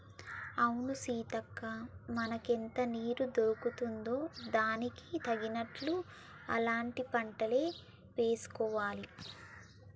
అవును సీతక్క మనకెంత నీరు దొరుకుతుందో దానికి తగినట్లు అలాంటి పంటలే వేసుకోవాలి